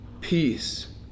peace